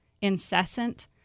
incessant